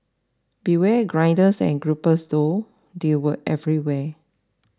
beware grinders and gropers though they were everywhere